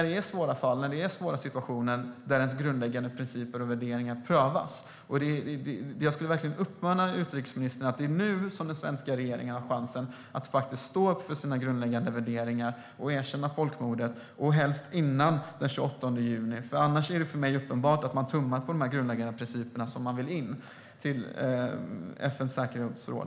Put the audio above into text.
Det är i svåra situationer som ens grundläggande principer och värderingar prövas. Jag vill uppmärksamma utrikesministern på att det är nu den svenska regeringen har chansen att stå upp för sina grundläggande värderingar och erkänna folkmordet, helst före den 28 juni. Annars är det uppenbart för mig att man tummar på just de grundläggande principer som är skälet till att man vill in i FN:s säkerhetsråd.